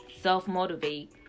self-motivate